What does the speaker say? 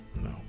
No